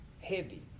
heavy